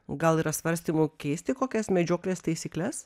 gal yra svarstymų keisti kokias medžioklės taisykles